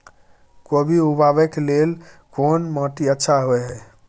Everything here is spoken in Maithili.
कोबी उगाबै के लेल कोन माटी अच्छा होय है?